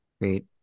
Great